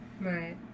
Right